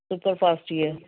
super fast ਹੀ ਹੈ